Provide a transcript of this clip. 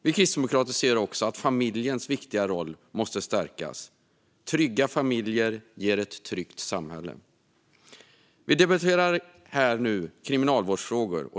Vi kristdemokrater ser också att familjens viktiga roll måste stärkas. Trygga familjer ger ett tryggt samhälle. Vi debatterar nu kriminalvårdsfrågor.